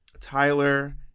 Tyler